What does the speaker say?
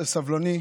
סבלני,